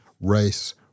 race